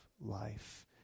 life